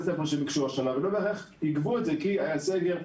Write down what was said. שביקשו השנה אבל לא בהכרח יגבו את זה כי היה סגר,